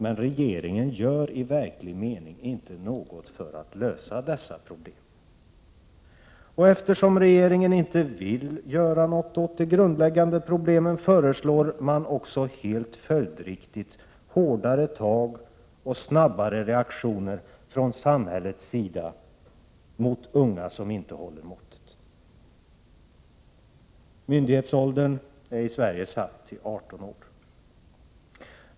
Men regeringen gör i verklig mening inte något för att lösa dessa problem. Eftersom regeringen inte vill göra något åt de grundläggande problemen, föreslår man också helt följdriktigt hårdare tag och snabbare reaktioner från samhället mot unga som inte håller måttet. Myndighetsåldern i Sverige är satt till 18 år.